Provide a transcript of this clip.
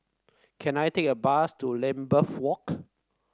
can I take a bus to Lambeth Walk